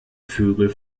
vögel